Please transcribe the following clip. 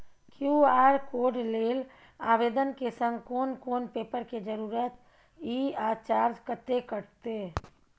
QR code लेल आवेदन के संग कोन कोन पेपर के जरूरत इ आ चार्ज कत्ते कटते?